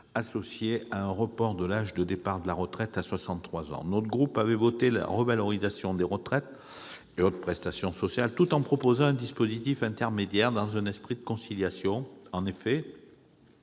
associée à un report de l'âge de départ à la retraite à 63 ans. Notre groupe a voté la revalorisation des retraites et d'autres prestations sociales, tout en proposant un dispositif intermédiaire, dans un esprit de conciliation. En effet,